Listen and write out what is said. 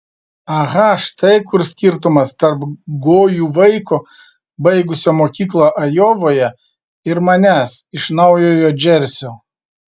aha štai kur skirtumas tarp gojų vaiko baigusio mokyklą ajovoje ir manęs iš naujojo džersio